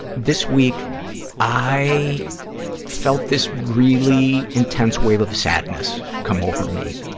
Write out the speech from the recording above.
this week i felt this really intense wave of sadness come over me